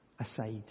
aside